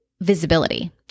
visibility